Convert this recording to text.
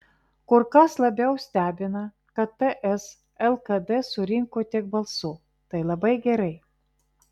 kur kas labiau stebina kad ts lkd surinko tiek balsų tai labai gerai